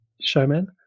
Showman